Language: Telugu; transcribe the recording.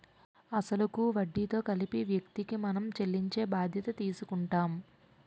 అసలు కు వడ్డీతో కలిపి వ్యక్తికి మనం చెల్లించే బాధ్యత తీసుకుంటాం